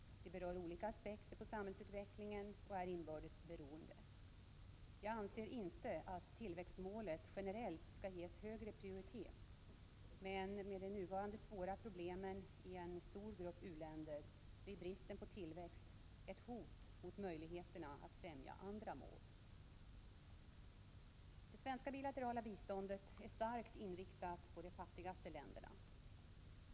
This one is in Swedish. De berör olika aspekter på samhällsutvecklingen och är inbördes beroende. Jag anser inte att tillväxtmålet generellt skall ges högre prioritet, men med de nuvarande svåra problemen i en stor grupp u-länder blir bristen på tillväxt ett hot mot möjligheterna att främja andra mål. Det svenska bilaterala biståndet är starkt inriktat på de fattigaste länderna.